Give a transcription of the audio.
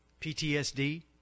PTSD